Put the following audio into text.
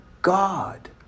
God